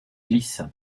glisse